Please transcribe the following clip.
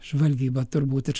žvalgyba turbūt ir